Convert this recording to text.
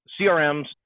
CRMs